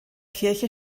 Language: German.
kirche